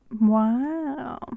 Wow